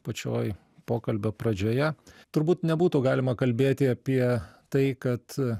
pačioj pokalbio pradžioje turbūt nebūtų galima kalbėti apie tai kad